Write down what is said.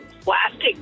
plastic